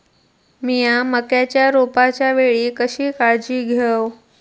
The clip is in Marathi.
मीया मक्याच्या रोपाच्या वेळी कशी काळजी घेव?